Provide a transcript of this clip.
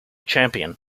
champion